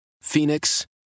Phoenix